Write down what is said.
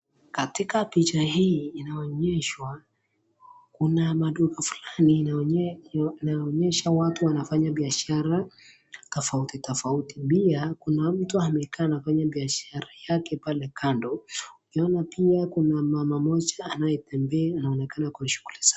Katika picha hii imeonyeshwa kuna madudu fulani inaonyeshwa watu wanafanya biashara tafauti tafauti. pia Kuna mtu amekaa anafanya biashara pale kando naona pia Kuna mama moja anayetembea anonekana ako Kwa shughulu zake.